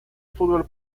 fútbol